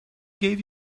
gave